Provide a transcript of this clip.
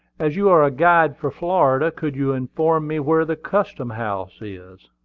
as you are a guide for florida, could you inform me where the custom-house is?